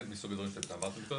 אלה מסוג הדברים שאמרתי מקודם